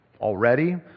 already